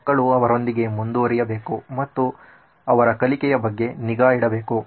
ಮಕ್ಕಳು ಅವರೊಂದಿಗೆ ಮುಂದುವರಿಯಬೇಕು ಮತ್ತು ಅವರ ಕಲಿಕೆಯ ಬಗ್ಗೆ ನಿಗಾ ಇಡಬೇಕು